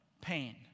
pain